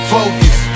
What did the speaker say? Focus